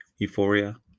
euphoria